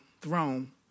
throne